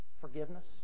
forgiveness